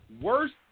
worst